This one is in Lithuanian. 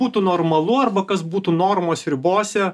būtų normalu arba kas būtų normos ribose